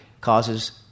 causes